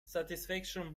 satisfaction